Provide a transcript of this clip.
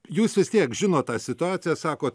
jūs vis tiek žinot tą situaciją sakot